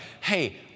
hey